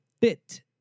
fit